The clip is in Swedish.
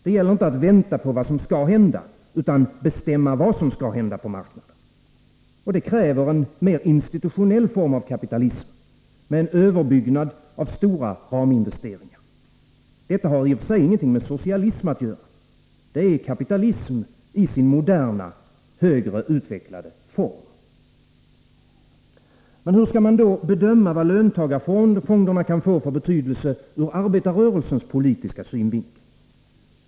Det gäller inte att vänta på vad som skall hända, utan att bestämma vad som skall hända på marknaden. Det kräver en mer institutionell form av kapitalism med en överbyggnad av stora raminvesteringar. Detta har i och för sig inget med socialism att göra. Det är kapitalism i sin moderna, högre utvecklade form. Men hur skall man då bedöma vad löntagarfonderna kan få för betydelse ur arbetarrörelsens politiska synvinkel?